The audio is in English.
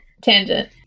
tangent